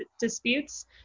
disputes